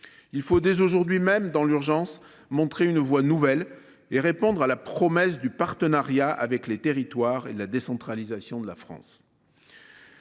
Il faut, dès aujourd’hui, même dans l’urgence, montrer une voie nouvelle et répondre à la promesse du partenariat avec les territoires et de la décentralisation de la France.